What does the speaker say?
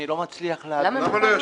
אני לא מצליח להבין.